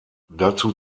dazu